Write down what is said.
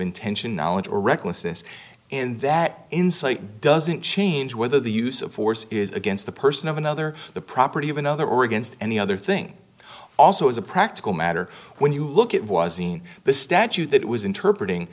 intention knowledge or recklessness and that insight doesn't change whether the use of force is against the person of another the property of another or against and the other thing also is a practical matter when you look at was in the statute that was interpret